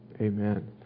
amen